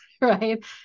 right